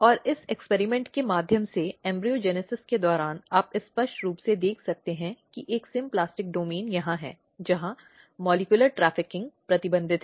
और इस प्रयोग के माध्यम से भ्रूणजनन के दौरान आप स्पष्ट रूप से देख सकते हैं कि एक सिम्प्लास्टिक डोमेन यहां है जहां मॉलिक्यूलर ट्रैफिकिंग प्रतिबंधित है